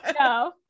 No